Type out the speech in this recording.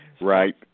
Right